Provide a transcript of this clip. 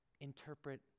interpret